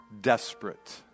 Desperate